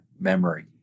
memory